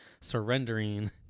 surrendering